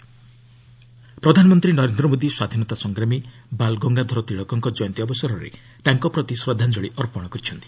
PM Tilak ପ୍ରଧାନମନ୍ତ୍ରୀ ନରେନ୍ଦ୍ର ମୋଦି ସ୍ୱାଧୀନତା ସଂଗ୍ରାମୀ ବାଲ୍ ଗଙ୍ଗାଧର ତିଲକଙ୍କ ଜୟନ୍ତୀ ଅବସରରେ ତାଙ୍କ ପ୍ରତି ଶ୍ରଦ୍ଧାଞ୍ଚଳି ଅର୍ପଣ କରିଛନ୍ତି